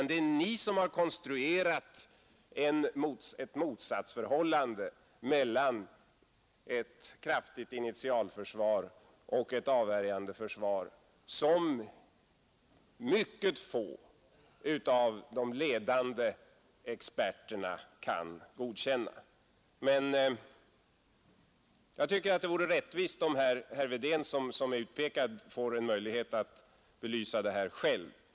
Det är ni som har konstruerat ett motsatsförhållande mellan ett kraftigt initialförsvar och ett avvärjande försvar som mycket få av de ledande experterna kan godkänna. Men jag tycker att det vore rättvist om herr Wedén, som är utpekad, får en möjlighet att själv belysa detta.